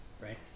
Right